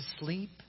sleep